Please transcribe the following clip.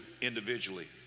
individually